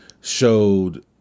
showed